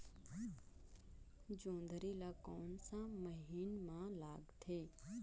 जोंदरी ला कोन सा महीन मां लगथे?